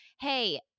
Hey